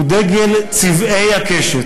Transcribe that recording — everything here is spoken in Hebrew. הוא דגל צבעי הקשת,